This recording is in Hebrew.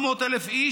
400,000 איש,